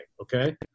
okay